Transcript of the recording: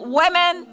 women